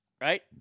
right